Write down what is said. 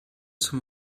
zum